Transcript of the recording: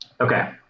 Okay